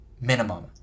minimum